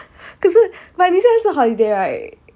可是 but 你现在是 holiday right